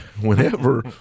whenever